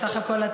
בסך הכול,